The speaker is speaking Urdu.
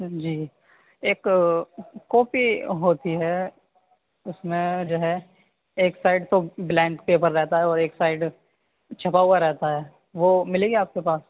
جی ایک کاپی ہوتی ہے اس میں جو ہے ایک سائڈ تو بلینک پیپر رہتا ہے اور ایک سائڈ چھپا ہوا رہتا ہے وہ ملے گی آپ کے پاس